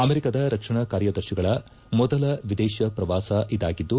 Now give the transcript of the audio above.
ಅಮೆರಿಕದ ರಕ್ಷಣಾ ಕಾರ್ಯದರ್ತಿಗಳ ಮೊದಲ ವಿದೇಶ ಪ್ರವಾಸ ಇದಾಗಿದ್ದು